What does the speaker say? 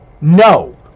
No